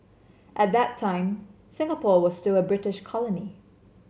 at that time Singapore was still a British colony